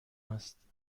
است